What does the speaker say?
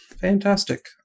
Fantastic